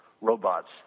robots